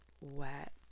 wet